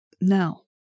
No